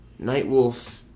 Nightwolf